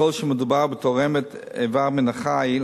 ככל שמדובר בתרומת איבר מן החי,